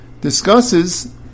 discusses